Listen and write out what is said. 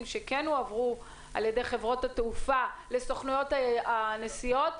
שכן הועברו על-ידי חברות התעופה לסוכנויות הנסיעות,